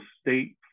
state